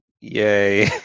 Yay